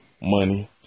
money